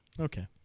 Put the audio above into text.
Okay